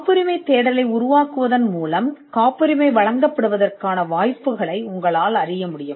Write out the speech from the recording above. காப்புரிமை தேடலை உருவாக்குவதன் மூலம் காப்புரிமை வழங்கப்படுவதற்கான வாய்ப்புகள் உங்களுக்குத் தெரியும்